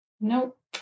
Nope